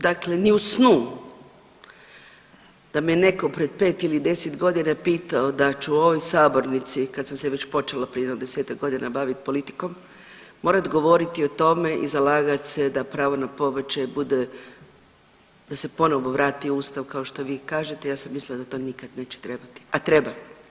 Dakle, ni u snu da me netko pred 5 ili 10 godina pitao da ću u ovoj sabornici kad sam se već počela prije jedno 10-ak godina baviti politikom morat govorit o tome i zalagat se da pravo na pobačaj bude, da se ponovo vrati u Ustav kao što vi kažete, ja sam mislila da to nikad neće trebati, a treba.